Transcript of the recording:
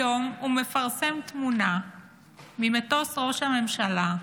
היום הוא מפרסם תמונה ממטוס ראש הממשלה,